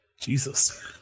Jesus